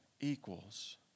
equals